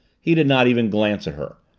he did not even glance at her.